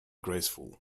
graceful